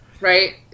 right